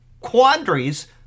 quandaries